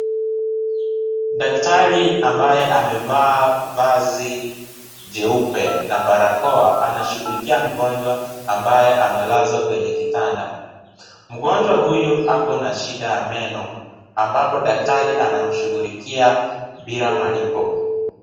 Daktari ambaye amevaa vazi jeupe na barakoa, anashughulikia mgonjwa ambaye amelazwa kwenye kitanda. Mgonjwa huyu ako na shida ya meno, ambapo daktari anamshughulikia bila malipo.